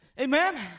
Amen